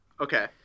Okay